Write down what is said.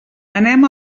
anem